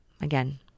Again